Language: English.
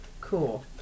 Cool